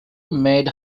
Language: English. made